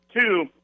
Two